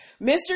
Mr